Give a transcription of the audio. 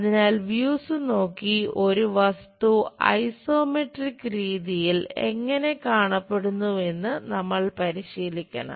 അതിനാൽ വ്യൂസ് രീതിയിൽ എങ്ങനെ കാണപ്പെടുന്നുവെന്ന് നമ്മൾ പരിശീലിക്കണം